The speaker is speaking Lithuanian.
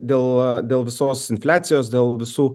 dėl dėl visos infliacijos dėl visų